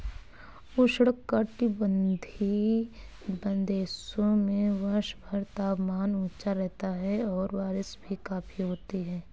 उष्णकटिबंधीय देशों में वर्षभर तापमान ऊंचा रहता है और बारिश भी काफी होती है